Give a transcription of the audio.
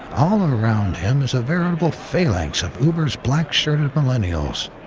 all around him is a veritable phalanx of uber's black-shirted millennials.